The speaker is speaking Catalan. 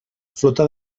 flota